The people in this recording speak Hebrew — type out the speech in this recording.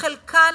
וחלקן